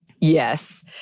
Yes